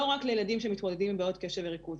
לא רק לילדים שמתמודדים עם בעיות קשב וריכוז.